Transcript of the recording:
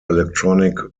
electronic